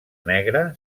negra